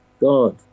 God